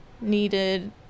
needed